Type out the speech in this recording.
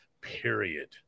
Period